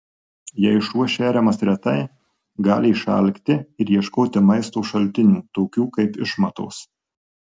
jei šuo šeriamas retai gali išalkti ir ieškoti maisto šaltinių tokių kaip išmatos